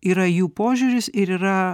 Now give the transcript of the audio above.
yra jų požiūris ir yra